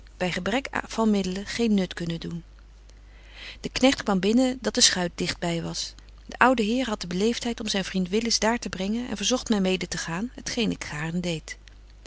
by gebrek van middelen geen nut kunnen doen de knegt kwam zeggen dat de schuit digt by was de oude heer hadt de beleeftheid om zyn vriend willis daar te brengen en verzogt my mede te gaan t geen ik gaarn deed